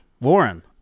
Warren